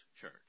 church